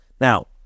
Now